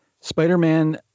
Spider-Man